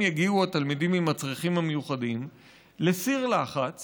יגיעו התלמידים עם הצרכים המיוחדים לסיר לחץ